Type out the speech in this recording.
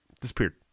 disappeared